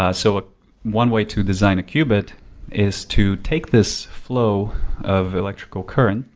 ah so ah one way to design a qubit is to take this flow of electrical current